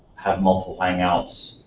had multiple hang outs,